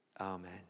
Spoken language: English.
Amen